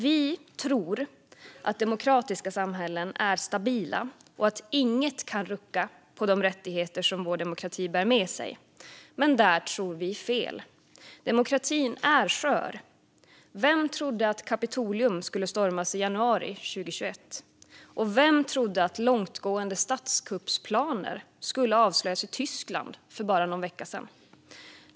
Vi tror att demokratiska samhällen är stabila och att inget kan rucka på de rättigheter som vår demokrati bär med sig, men där tror vi fel. Demokratin är skör. Vem trodde att Kapitolium skulle stormas i januari 2021? Och vem trodde att långtgående statskuppsplaner skulle avslöjas i Tyskland för bara någon vecka sedan?